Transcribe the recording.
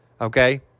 Okay